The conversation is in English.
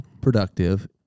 productive